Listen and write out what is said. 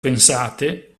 pensate